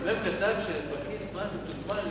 הממ"מ כתב שפקיד מתוגמל לפי,